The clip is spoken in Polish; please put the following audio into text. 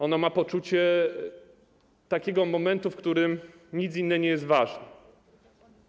Ono ma poczucie takiego momentu, w którym nic innego nie jest ważne.